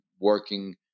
working